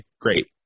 great